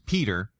Peter